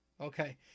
Okay